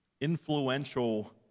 influential